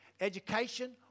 Education